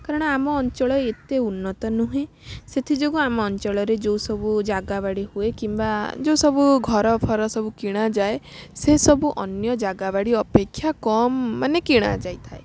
କାରଣ ଆମ ଅଞ୍ଚଳ ଏତେ ଉନ୍ନତ ନୁହେଁ ସେଥିଯୋଗୁଁ ଆମ ଅଞ୍ଚଳରେ ଯେଉଁ ସବୁ ଜାଗା ବାଡ଼ି ହୁଏ କିମ୍ବା ଯେଉଁ ସବୁ ଘର ଫର ସବୁ କିଣାଯାଏ ସେ ସବୁ ଅନ୍ୟ ଜାଗାବାଡ଼ି ଅପେକ୍ଷା କମ୍ ମାନେ କିଣା ଯାଇଥାଏ